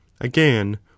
again